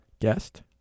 Guest